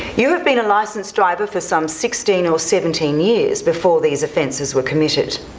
you have been a licensed driver for some sixteen or seventeen years before these offences were committed.